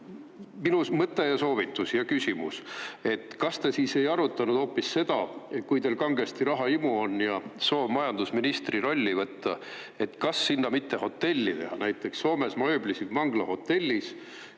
minu mõte ja soovitus ja küsimus: kas te siis ei arutanud hoopis seda, kui teil kangesti rahahimu on ja soov majandusministri rolli võtta, et sinna hotell teha? Näiteks Soomes ma ööbisin vangla hotellis: